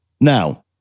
Now